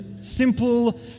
simple